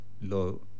low